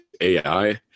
AI